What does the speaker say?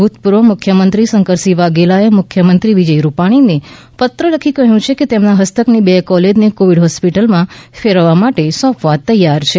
ભુતપૂર્વ મુખ્યમંત્રી શંકરસિંહ વાઘેલા એ મુખ્યમંત્રી વિજય રૂપાણીને પત્ર લખી કહ્યું છે કે તેમના હસ્તકની બે કોલેજને કોવિડ હોસ્પિટલમાં ફેરવવા માટે સોંપવા તૈયાર છે